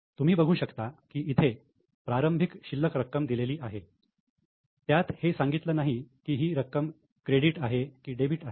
तुम्ही बघू शकता कि इथे प्रारंभिक शिल्लक रक्कम दिलेली आहे त्यात हे सांगितलं नाही की ही रक्कम क्रेडिट आहे की डेबिट आहे